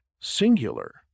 singular